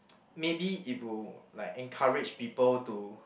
maybe it will like encourage people to